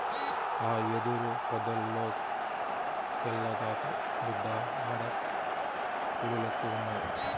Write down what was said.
ఆ యెదురు పొదల్లోకెల్లగాకు, బిడ్డా ఆడ పులిలెక్కువున్నయి